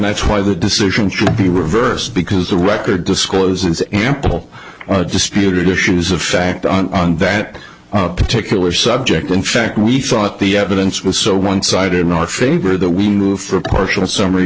that's why the decision should be reversed because the record discloses ample disputed issues of fact on that particular subject in fact we thought the evidence was so one sided in our favor that we moved for partial summary